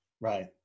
Right